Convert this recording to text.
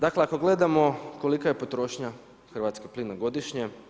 Dakle, ako gledamo kolika je potrošnja hrvatskog plina godišnje.